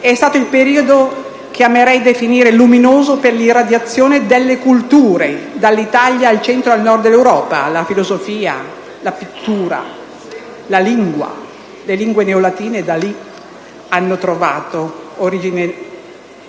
È stato un periodo che amerei definire luminoso, per l'irradiazione delle culture dall'Italia al Centro e al Nord Europa: la filosofia, la pittura, la lingua. Le lingue neolatine da lì hanno trovato origine